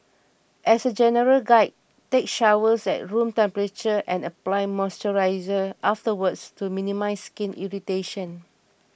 as a general guide take showers at room temperature and apply moisturiser afterwards to minimise skin irritation